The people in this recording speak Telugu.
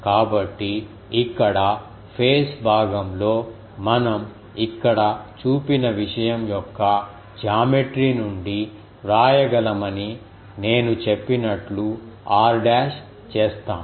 కాబట్టి ఇక్కడ ఫేస్ భాగంలో మనం ఇక్కడ చూపిన విషయం యొక్క జామెట్రీ నుండి వ్రాయగలమని నేను చెప్పినట్లు r డాష్ చేస్తాము